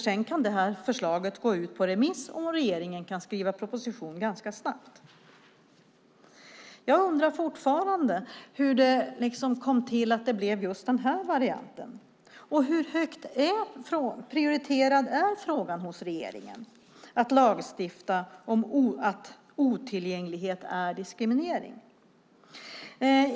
Sedan kan förslaget gå ut på remiss och regeringen kan skriva en proposition ganska snabbt. Jag undrar fortfarande hur det blev just den här varianten. Hur högt prioriterad är frågan hos regeringen, att lagstifta att otillgänglighet är diskriminering?